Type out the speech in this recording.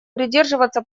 придерживаться